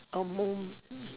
A moment